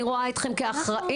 אני רואה אתכם כאחראים.